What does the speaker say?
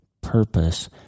purpose